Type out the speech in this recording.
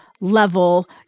level